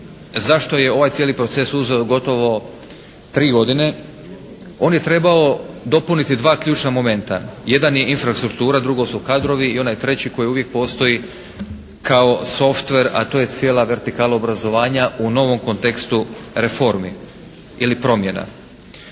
zašto je ovaj cijeli proces uzeo gotovo tri godine. On je trebao dopuniti dva ključna momenta. Jedan je infrastruktura, drugo su kadrovi i onaj treći koji uvijek postoji kao softver a to je cijela vertikala obrazovanja u novom kontekstu reformi ili promjena.